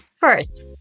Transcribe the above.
First